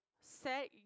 set